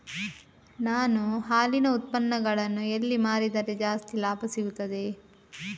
ನಾನು ಹಾಲಿನ ಉತ್ಪನ್ನಗಳನ್ನು ಎಲ್ಲಿ ಮಾರಿದರೆ ಜಾಸ್ತಿ ಲಾಭ ಸಿಗುತ್ತದೆ?